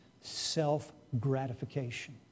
self-gratification